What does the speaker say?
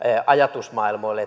ajatusmaailmoille